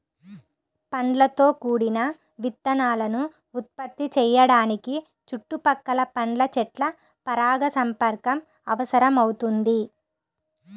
పండ్లతో కూడిన విత్తనాలను ఉత్పత్తి చేయడానికి చుట్టుపక్కల పండ్ల చెట్ల పరాగసంపర్కం అవసరమవుతుంది